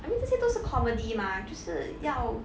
I mean 这些都是 comedy mah 就是要